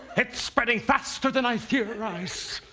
it's spreading faster than i theorized!